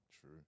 True